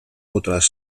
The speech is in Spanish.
otras